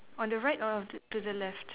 on the right or to to the left